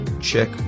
check